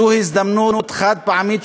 זו הזדמנות חד-פעמית,